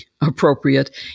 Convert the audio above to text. appropriate